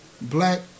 black